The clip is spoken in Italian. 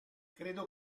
credo